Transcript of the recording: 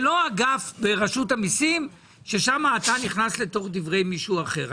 זה לא אגף ברשות המיסים שם אתה נכנס לתוך דברי מישהו אחר.